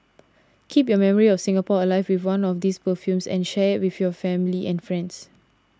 keep your memory of Singapore alive with one of these perfumes and share with your family and friends